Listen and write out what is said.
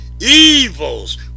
evils